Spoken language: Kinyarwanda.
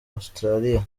australia